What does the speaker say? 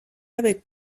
avec